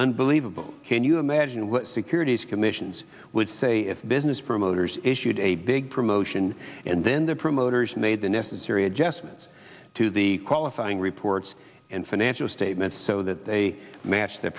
unbelievable can you imagine what securities commissions would say if business promoters issued a big promotion and then the promoters made the necessary adjustments to the qualifying reports and financial statements so that they match the